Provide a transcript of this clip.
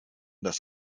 das